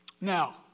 Now